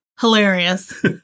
Hilarious